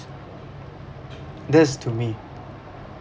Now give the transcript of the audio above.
that's to me